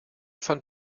fand